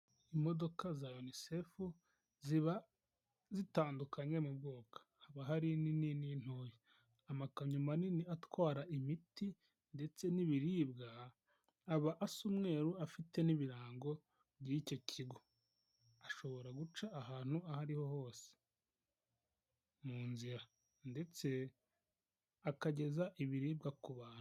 Imodoka za Unicefu ziba zitandukanye mu bwoko, haba hari inini n'intoya, amakamyo manini atwara imiti ndetse n'ibiribwa aba asa umweru afite n'ibirango by'icyo kigo, ashobora guca ahantu aho ariho hose mu nzira ndetse akageza ibiribwa ku bantu.